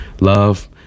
love